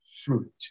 fruit